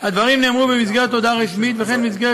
הדברים נאמרו בהודעה רשמית וכן במסיבת